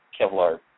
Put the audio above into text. Kevlar